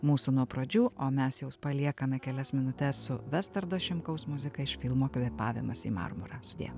mūsų nuo pradžių o mes jus paliekame kelias minutes su vestardo šimkaus muzika iš filmo kvėpavimas į marmurą sudie